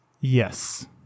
Yes